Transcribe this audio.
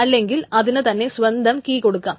അല്ലെങ്കിൽ അതിനു തന്നെ സ്വന്തം കീ കൊടുക്കാം